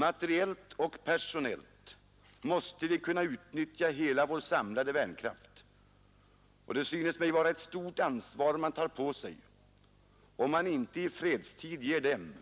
Materiellt och personellt måste vi kunna utnyttja hela vår samlade värnkraft, och det synes mig vara ett stort ansvar man tar på sig, om man inte i fredstid ger dem